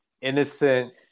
innocent